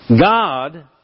God